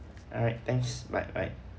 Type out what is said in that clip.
alright thanks right right